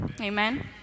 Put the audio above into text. amen